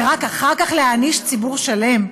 ורק אחר כך להעניש ציבור שלם?